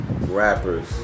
rappers